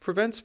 prevents